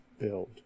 build